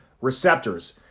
receptors